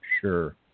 sure